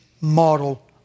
model